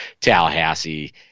Tallahassee